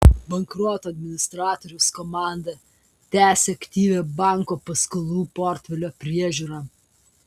bankroto administratoriaus komanda tęsia aktyvią banko paskolų portfelio priežiūrą